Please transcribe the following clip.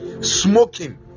smoking